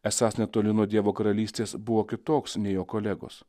esąs netoli nuo dievo karalystės buvo kitoks nei jo kolegos